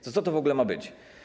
Co to w ogóle ma być?